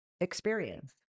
experience